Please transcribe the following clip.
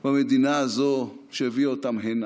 במדינה הזאת שהביאה אותם הנה.